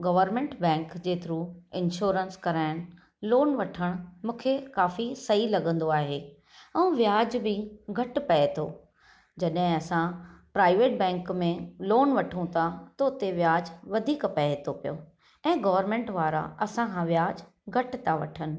government bank जे through insurance कराइणु loan वठणु मूंखे काफ़ी सही लॻंदो आहे ऐं वियाज बि घटि पए थो आहिनि जॾहिं असां प्राइवेट बैंक में लोन वठूं था हुते वियाज वधीक पए थो पियो ऐं गोरमेंट वारा असांखां वियाज घटि था वठनि